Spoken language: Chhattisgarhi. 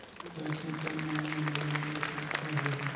सरसो कोन माह मे लगाय ले सुघ्घर होही?